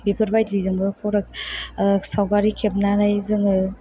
बेफोरबायदिजोंबो फट' सावगारि खेबनानै जोङो